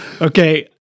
Okay